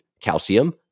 calcium